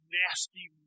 nasty